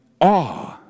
awe